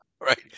Right